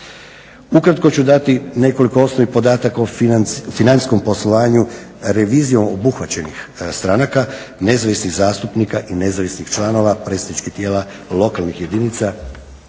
Ukratko ću dati nekoliko osnovnih podataka o financijskom poslovanju revizijom obuhvaćenih stranaka, nezavisnih zastupnika i nezavisnih članova predstavničkih tijela lokalnih jedinica